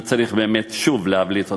וצריך באמת שוב להבליט אותה,